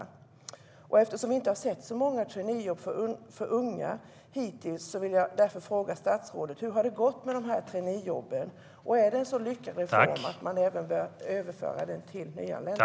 Eftersom vi hittills inte har sett så många traineejobb för unga vill jag fråga statsrådet: Hur har det gått med traineejobben? Är det en så lyckad reform att man bör överföra den på nyanlända?